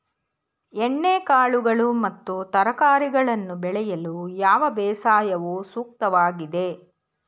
ಎಣ್ಣೆಕಾಳುಗಳು ಮತ್ತು ತರಕಾರಿಗಳನ್ನು ಬೆಳೆಯಲು ಯಾವ ಬೇಸಾಯವು ಸೂಕ್ತವಾಗಿದೆ?